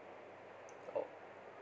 oh